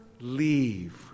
leave